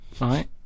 right